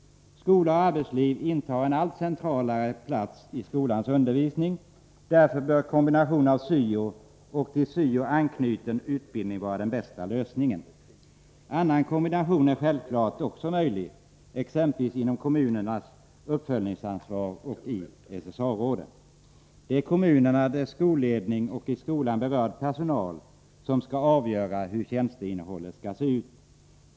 Skola och arbetsliv intar en allt centralare plats i skolans undervis ning, och därför bör en kombination av syo och till syo anknuten utbildning vara den bästa lösningen. Annan kombination är självfallet också möjlig, exempelvis inom kommunernas uppföljningsansvar och i SSA-råden. Det är kommunen, dess skolledning och i skolan berörd personal som skall avgöra hur tjänsteinnehållet skall se ut.